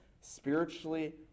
spiritually